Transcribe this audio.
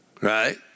Right